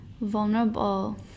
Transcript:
vulnerable